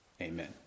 Amen